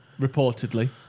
Reportedly